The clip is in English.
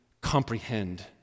comprehend